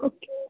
okay